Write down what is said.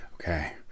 Okay